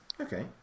Okay